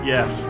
Yes